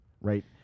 right